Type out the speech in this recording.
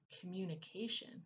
communication